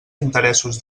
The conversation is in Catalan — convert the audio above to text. interessos